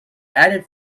added